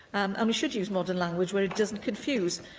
and we should use modern language where it doesn't confuse.